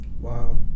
Wow